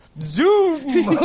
zoom